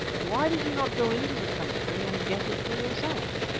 why did you not go into the country and get it for yourself?